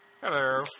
Hello